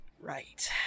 Right